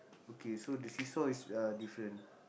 okay so the seesaw is uh different